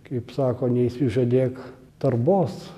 kaip sako neišsižadėk tarbos